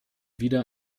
wieder